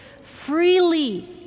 freely